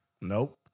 Nope